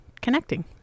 connecting